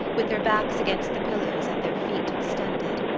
with their backs against the pillows and their feet extended.